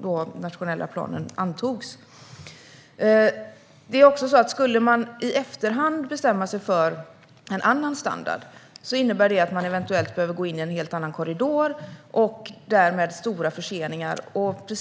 då den nationella planen antogs. Det är också så att om man i efterhand skulle bestämma sig för en annan standard innebär det att man eventuellt behöver gå in i en helt annan korridor med stora förseningar som följd.